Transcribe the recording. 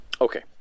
okay